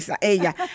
ella